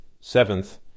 Seventh